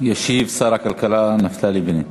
ישיב שר הכלכלה נפתלי בנט.